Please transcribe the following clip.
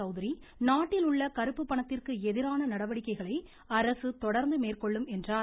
சவுத்ரி நாட்டில் உள்ள கறுப்பு பணத்திற்கு எதிரான நடவடிக்கைகளை அரசு தொடர்ந்து மேற்கொள்ளும் என்றார்